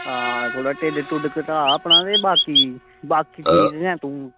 आं ते थोह्ड़ा टिड्ढ घटा अपना ते बाकी ठीक गै तूं